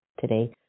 Today